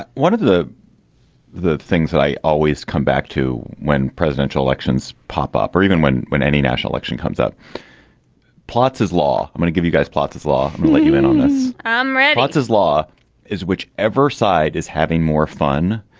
ah one of the the things that i always come back to when presidential elections pop up or even when when any national action comes out plots is law. i'm gonna give you guys plots as law. really you in on this. i'm ready. what's his law is which ever side is having more fun.